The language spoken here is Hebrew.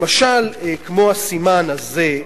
למשל כמו הסימן הזה.